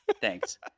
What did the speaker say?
Thanks